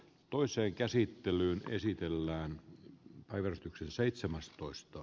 asian käsittely keskeytetään